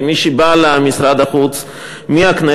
כמי שבא למשרד החוץ מהכנסת,